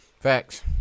facts